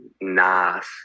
nice